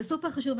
זה סופר חשוב.